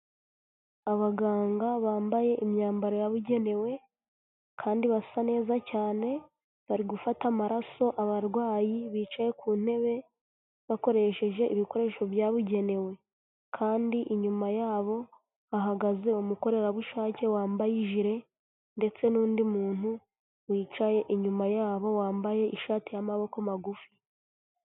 Abaganga bambaye imyambaro yabugenewe, kandi basa neza cyane, bari gufata amaraso abarwayi bicaye ku ntebe, bakoresheje ibikoresho byabugenewe, kandi inyuma yabo hahagaze umukorerabushake wambaye ijire, ndetse n'undi muntu wicaye inyuma yabo wambaye ishati y'amaboko magufi.